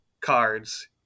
cards